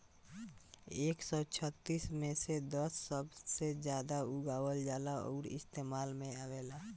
एक सौ छत्तीस मे से दस सबसे जादा उगावल जाला अउरी इस्तेमाल मे आवेला